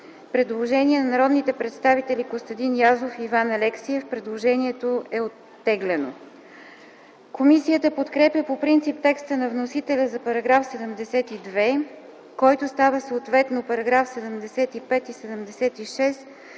предложение на народните представители Костадин Язов и Иван Алексиев, което е оттеглено. Комисията подкрепя по принцип текста на вносителя за § 72, който става съответно параграфи 75 и 76